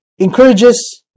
encourages